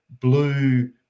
blue